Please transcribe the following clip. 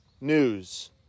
news